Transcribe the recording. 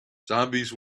zombies